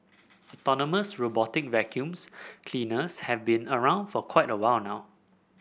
autonomous robotic vacuums cleaners have been around for a while now